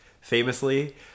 famously